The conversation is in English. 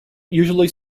usually